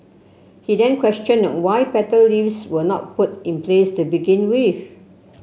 he then questioned why better lifts were not put in place to begin with